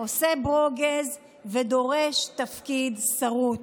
עושה ברוגז ודורש תפקיד שרות.